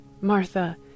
Martha